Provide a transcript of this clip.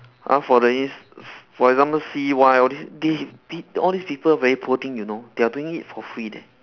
!huh! for the ins~ for example C_Y all these they they all these people very poor thing you know they are doing it for free leh